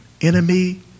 enemy